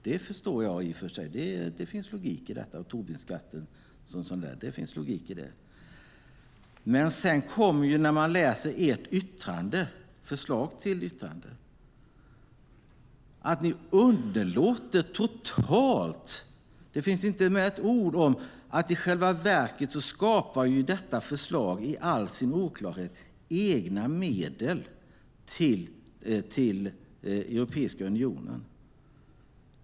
Det förstår jag i och för sig. Det finns logik i detta och i Tobinskatten. Men sedan kan man läsa ert förslag till yttrande. Det finns inte med ett ord om att detta förslag i all sin oklarhet i själva verket skapar egna medel till Europeiska unionen.